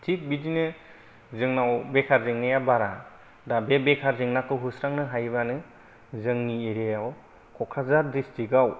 थिक बिदिनो जोंनाव बेकार जेंनाया बारा दा बे बेकार जेंनाखौ होस्रांनो हायोबानो जोंनि एरियाआव क'क्राझार डिसट्रिक आव